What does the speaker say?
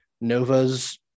Novas